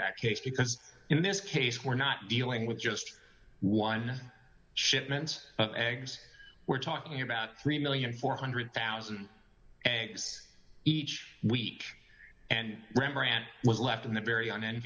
that case because in this case we're not dealing with just one shipment eggs we're talking about three million four hundred thousand each week and rembrandt was left in the very